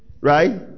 Right